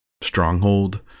stronghold